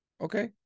okay